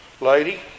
lady